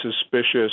suspicious